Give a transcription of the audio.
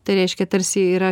tai reiškia tarsi yra